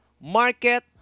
market